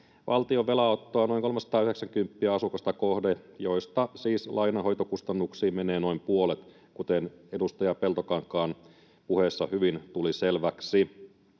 kolmesataayhdeksänkymppiä asukasta kohden, mistä siis lainanhoitokustannuksiin menee noin puolet, kuten edustaja Peltokankaan puheessa hyvin tuli selväksi.